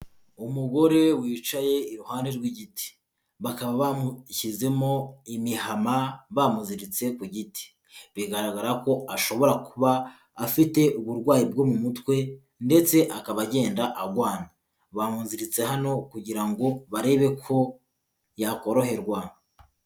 Umugore we wicaye iruhande rw'igiti, bakaba bamushyizemo imihama bamuziritse ku giti, bigaragara ko ashobora kuba afite uburwayi bwo mu mutwe ndetse akaba agenda arwana, bamuziritse hano kugira ngo barebe ko yakoroherwa.